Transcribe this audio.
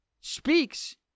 speaks